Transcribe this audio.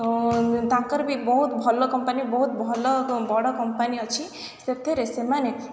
ତାଙ୍କର ବି ବହୁତ ଭଲ କମ୍ପାନୀ ବହୁତ ଭଲ ବଡ଼ କମ୍ପାନୀ ଅଛି ସେଥିରେ ସେମାନେ